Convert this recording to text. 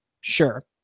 Sure